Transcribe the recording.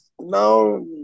now